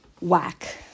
Whack